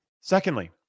Secondly